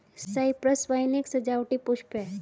Cyprus vine एक सजावटी पुष्प है